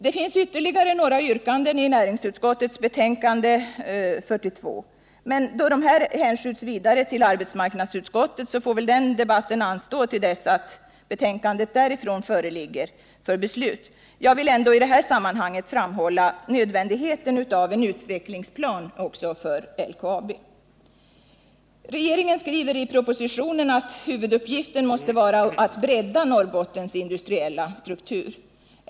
Det finns ytterligare några yrkanden i näringsutskottets betänkande nr 42. Men då dessa har hänskjutits till arbetsmarknadsutskottet, får den debatten anstå till dess att arbetsmarknadsutskottets betänkande föreläggs riksdagen för beslut. Jag vill ändå i detta sammanhang framhålla nödvändigheten av en utvecklingsplan också för LKAB. Regeringen skriver i propositionen att huvuduppgiften måste vara att bredda Norrbottens industriella struktur.